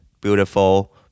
beautiful